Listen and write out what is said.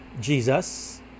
Jesus